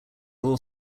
law